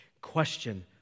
question